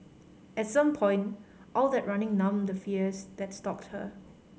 at some point all that running numbed the fears that stalked her